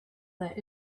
that